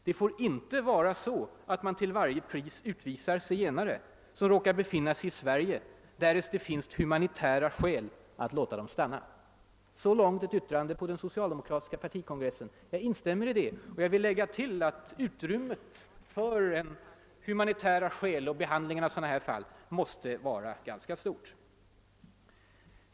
Det får inte vara så att man till varje pris utvisar zigenare som råkar befinna sig i Sverige, därest det finns humanitära skäl att låta dem stanna.» Så långt ett yttrande på den socialdemokratiska partikongressen. Jag instämmer i det och jag vill tillägga att utrymmet för humanitära skäl vid behandlingen av fall som dessa måste vara stort.